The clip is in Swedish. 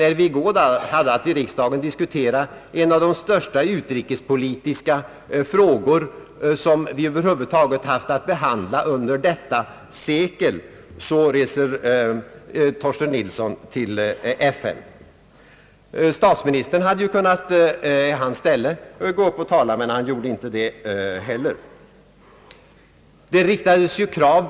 När vi i går hade att i riksdagen diskutera en av de största utrikespolitiska frågor som vi haft att behandla under detta sekel, så reste herr Torsten Nilsson till FN. Statsministern hade kunnat tala i hans ställe, men han avstod.